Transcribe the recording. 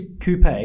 Coupe